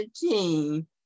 team